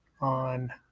on